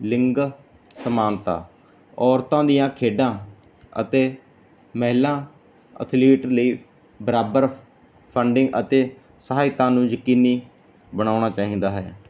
ਲਿੰਗ ਸਮਾਨਤਾ ਔਰਤਾਂ ਦੀਆਂ ਖੇਡਾਂ ਅਤੇ ਮਹਿਲਾਂ ਅਥਲੀਟ ਲਈ ਬਰਾਬਰ ਫੰਡਿੰਗ ਅਤੇ ਸਹਾਇਤਾ ਨੂੰ ਯਕੀਨੀ ਬਣਾਉਣਾ ਚਾਹੀਦਾ ਹੈ